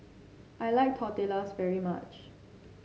I like Tortillas very much